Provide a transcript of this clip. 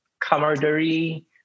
camaraderie